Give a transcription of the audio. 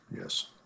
yes